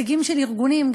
נציגים של ארגונים,